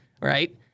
right